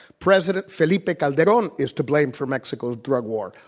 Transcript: president felipe calderon is to blame for mexico's drug war,